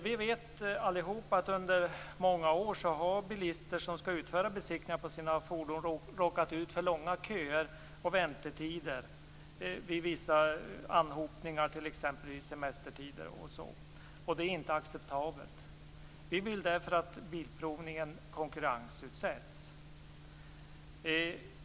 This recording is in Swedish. Vi vet att bilister som skall utföra besiktningar på sina fordon råkat ut för långa köer och väntetider vid vissa anhopningar, t.ex. vid semestertid. Det är inte acceptabelt. Vi vill därför att bilprovningen konkurrensutsätts.